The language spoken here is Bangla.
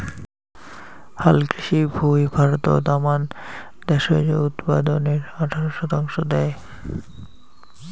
হালকৃষি ভুঁই ভারতত আমান দ্যাশজ উৎপাদনের আঠারো শতাংশ দ্যায়